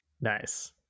Nice